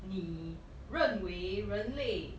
你认为人类